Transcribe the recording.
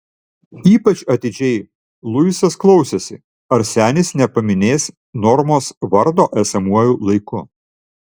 ypač atidžiai luisas klausėsi ar senis nepaminės normos vardo esamuoju laiku